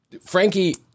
Frankie